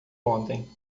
ontem